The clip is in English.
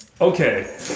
Okay